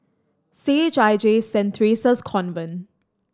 C H I J Saint Theresa's Convent